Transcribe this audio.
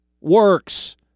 works